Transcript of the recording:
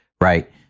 Right